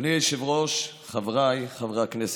אדוני היושב-ראש, חבריי חברי הכנסת,